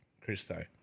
Christo